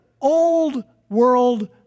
old-world